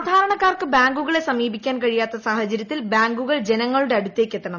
സാധാരണക്കാർക്ക് ബാങ്കുകളെ സമീപിക്കാൻ കഴിയാത്ത സാഹചര്യത്തിൽ ബാങ്കുകൾ ജനങ്ങളുടെ അടുത്തേക്ക് എത്തണം